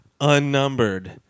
unnumbered